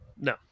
No